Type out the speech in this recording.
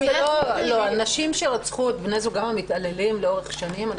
נשים שרצחו את בני זוגן המתעללים לאורך שנים,